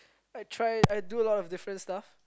I try I do a lot of different stuff